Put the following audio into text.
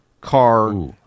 car